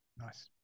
Nice